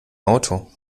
auto